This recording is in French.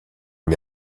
met